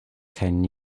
ten